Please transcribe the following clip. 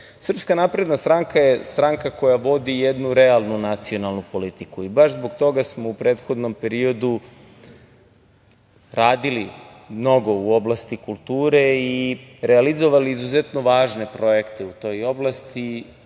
napredna stranka je stranka koja vodi jednu realnu nacionalnu politiku i baš zbog toga smo u prethodnom periodu radili mnogo u oblasti kulture i realizovali izuzetno važne projekte u toj oblasti,